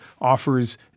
offers